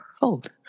fold